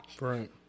Right